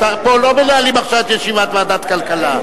פה לא מנהלים עכשיו את ישיבת ועדת הכלכלה.